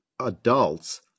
adults